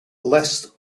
less